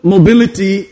Mobility